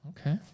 Okay